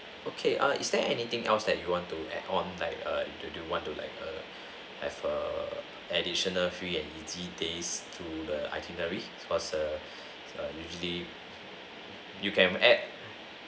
okay ah is there anything else that you want to add on like err do do you want to have err have err additional free and easy days to the itinerary was err usually you can add